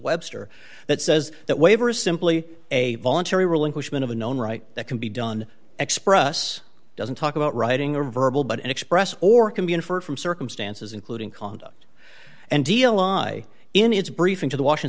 webster that says that waiver is simply a voluntary relinquishment of a known right that can be done express doesn't talk about writing or verbal but an express or commune for from circumstances including conduct and eli in its briefing to the washing